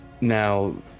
Now